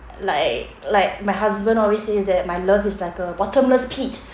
like like my husband always says that my love is like a bottomless pit